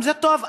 גם זה טוב,